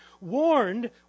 warned